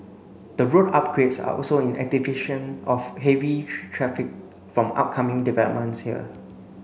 the road upgrades are also in of heavy traffic from upcoming developments here